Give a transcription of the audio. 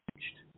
changed